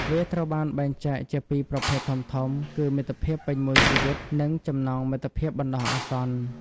វាត្រូវបានបែងចែកជាពីរប្រភេទធំៗគឺ មិត្តភាពពេញមួយជីវិត និងចំណងមិត្តភាពបណ្ដោះអាសន្ន។